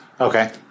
Okay